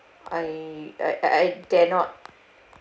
I I I I dare not